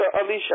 Alicia